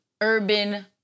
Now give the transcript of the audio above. urban